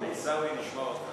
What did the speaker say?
עיסאווי, נשמע אותך.